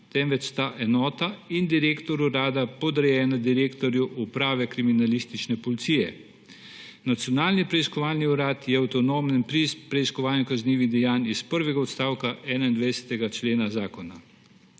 temveč sta enota in direktor urada podrejena direktorju Uprave kriminalistične policije. Nacionalni preiskovalni urad je avtonomen pri preiskovanju kaznivih dejanj iz prvega odstavka 21. člena zakona.